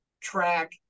track